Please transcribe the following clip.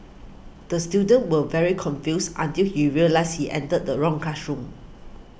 the student was very confused until he realised he entered the wrong classroom